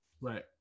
Right